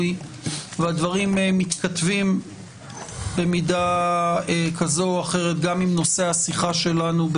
הדברים מתכתבים במידה כזו או אחרת גם עם נושא השיחה שלנו.